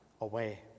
away